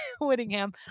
Whittingham